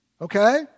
Okay